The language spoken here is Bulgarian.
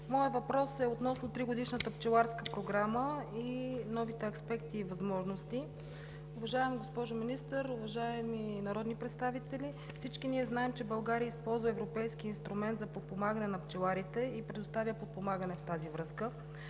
Моят въпрос е относно тригодишната пчеларска програма и новите аспекти и възможности. Уважаема госпожо Министър, уважаеми народни представители! Всички ние знаем, че България използва европейски инструмент за подпомагане на пчеларите и предоставя подпомагане в тази връзка.